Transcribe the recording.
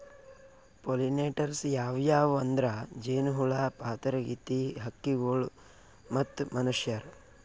pollinators ಯಾವ್ಯಾವ್ ಅಂದ್ರ ಜೇನಹುಳ, ಪಾತರಗಿತ್ತಿ, ಹಕ್ಕಿಗೊಳ್ ಮತ್ತ್ ಮನಶ್ಯಾರ್